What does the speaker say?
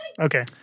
Okay